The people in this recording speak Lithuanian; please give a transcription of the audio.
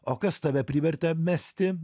o kas tave privertė mesti